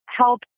help